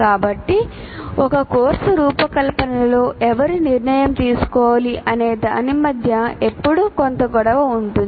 కాబట్టి ఒక కోర్సు రూపకల్పనలో ఎవరు నిర్ణయం తీసుకోవాలి అనేదాని మధ్య ఎప్పుడూ కొంత గొడవ ఉంటుంది